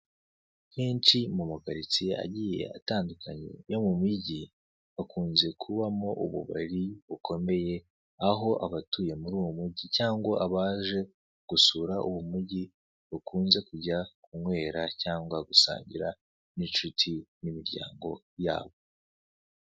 Kenshi mu ma karitsiye agiye atandukanye yo mu migi hakunze kubamo ububari bukomeye aho abatuye muri uwo mugi cyangwa abaje gusura muri uwo mugi bakunze kujya kunywera cyangwa gusangira n'inshuti n'imiryango yabo.